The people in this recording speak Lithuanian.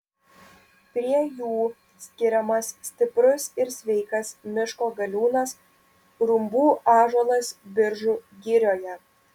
prie jų skiriamas stiprus ir sveikas miško galiūnas rumbų ąžuolas biržų girioje